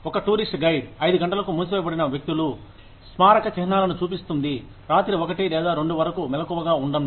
ఒక tourist guide ఐదు గంటలకు మూసివేయబడిన వ్యక్తులు స్మారక చిహ్నాలను చూపిస్తుంది రాత్రి ఒకటి లేదా రెండు వరకు మెలకువగా ఉండండి